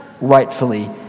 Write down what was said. rightfully